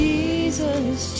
Jesus